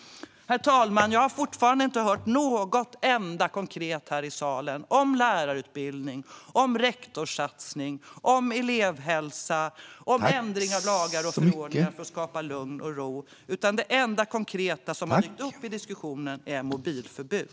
Herr talman! Jag har fortfarande inte hört något enda konkret här i salen om lärarutbildning, om rektorssatsning, om elevhälsa eller om ändring av lagar och förordningar för att skapa lugn och ro. Det enda konkreta som har dykt upp i diskussionen är mobilförbud.